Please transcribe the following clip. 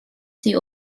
sie